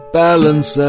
balance